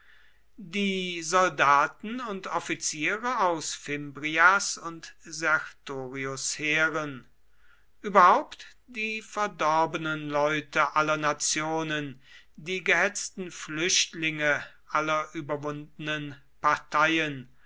die soldaten und offiziere aus fimbrias und sertorius heeren überhaupt die verdorbenen leute aller nationen die gehetzten flüchtlinge aller überwundenen parteien